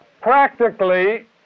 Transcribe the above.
practically